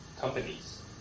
companies